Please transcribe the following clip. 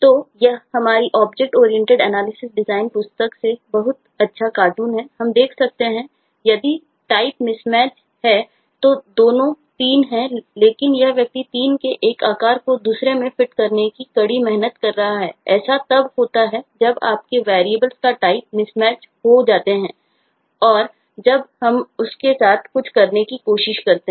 तो यह हमारी OOAD पुस्तक से बहुत अच्छा कार्टून है हम देख सकते हैं कि यदि टाइप मिसमैच हो जाते हैं और जब हम उसके साथ कुछ करने की कोशिश करते हैं